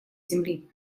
земли